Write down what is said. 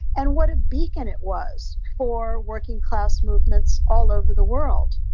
and what a beacon it was for working-class movements all over the world.